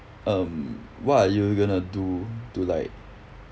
um what are you going to do to like